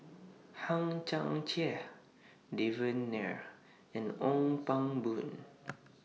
Hang Chang Chieh Devan Nair and Ong Pang Boon